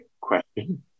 question